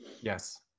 yes